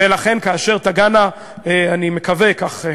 ולכן, כאשר תגענה, אני מקווה כך,